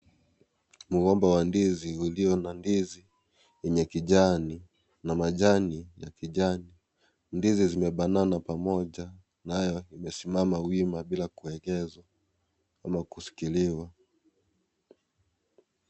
Mgomba wa ndizi ulio na ndizi wenye kijani na majani ya kijani . Ndizi zimebanana pamoja nayo imesimama wima bila kuegezwa ama kushikiliwa.